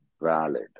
valid